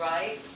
Right